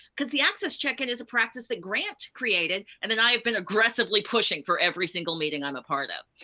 cause the access check-in is a practice that grant created, and then i have been aggressively pushing for every single meeting i'm a part of.